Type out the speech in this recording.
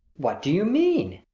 what do you mean?